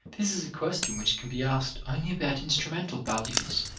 this is a question which can be asked only about instrumental values.